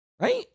right